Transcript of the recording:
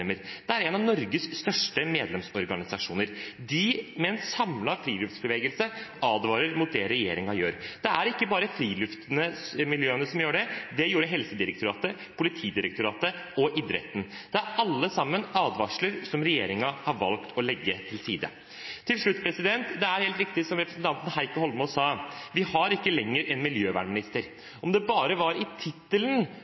medlemmer, det er en av Norges største medlemsorganisasjoner, og de, med en samlet friluftsbevegelse, advarer mot det regjeringen gjør. Det er ikke bare friluftsmiljøene som gjør det, det gjør Helsedirektoratet, Politidirektoratet og idretten – alle sammen har kommet med advarsler som regjeringen har valgt å legge til side. Til slutt: Det er helt riktig, som representanten Heikki Eidsvoll Holmås, sa: Vi har ikke lenger en miljøvernminister. Om det bare var